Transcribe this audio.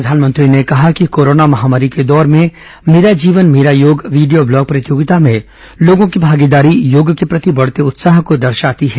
प्रधानमंत्री ने कहा कि कोरोना महामारी के दौर में मेरा जीवन मेरा योग वीडियो ब्लॉग प्रतियोगिता में लोगों की भागीदारी योग के प्रति बढ़ते उत्साह को दर्शाती है